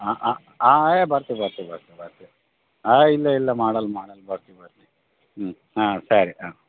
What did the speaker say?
ಆಂ ಆಂ ಆಂ ಏಯ್ ಬರ್ತೀವಿ ಬರ್ತೀವಿ ಬರ್ತೀವಿ ಬರ್ತೀವಿ ಆಂ ಇಲ್ಲ ಇಲ್ಲ ಮಾಡಲ್ಲ ಮಾಡಲ್ಲ ಬರ್ತೀವಿ ಬರ್ತೀನಿ ಹ್ಞೂ ಹಾಂ ಸರಿ ಕಣೋ